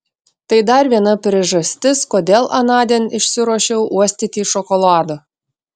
tai dar viena priežastis kodėl anądien išsiruošiau uostyti šokolado